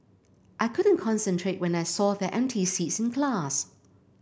I couldn't concentrate when I saw their empty seats in class